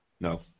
No